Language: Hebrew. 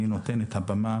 אני נותן את הבמה